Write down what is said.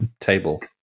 table